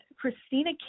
Christina